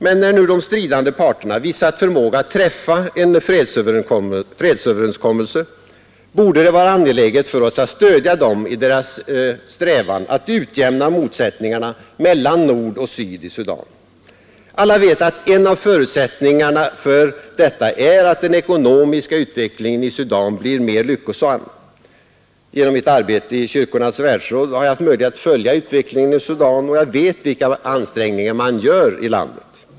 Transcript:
Men när nu de stridande parterna visat förmåga att träffa en fredsöverenskommelse borde det vara angeläget för oss att stödja dem i deras strävan att utjämna motsättningarna mellan nord och syd i Sudan. Alla vet att en av förutsättningarna för detta är att den ekonomiska utvecklingen i Sudan blir mer lyckosam. Genom mitt arbete i Kyrkornas världsråd har jag haft möjlighet att följa utvecklingen i Sudan, och jag vet vilka ansträngningar man gör.